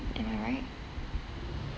and I right